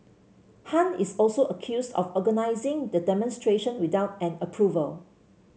Han is also accused of organising the demonstration without an approval